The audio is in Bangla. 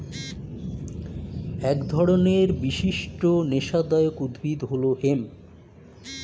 এক ধরনের বিশিষ্ট নেশাদায়ক উদ্ভিদ হল হেম্প